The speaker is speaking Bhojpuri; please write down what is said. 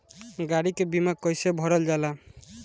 गाड़ी के बीमा कईसे करल जाला?